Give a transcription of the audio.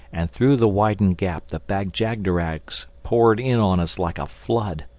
and through the widened gap the bag-jagderags poured in on us like a flood.